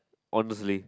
honestly